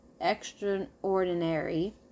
extraordinary